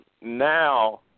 now